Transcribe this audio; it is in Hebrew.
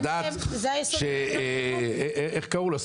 לדעת שאיך קראו לו?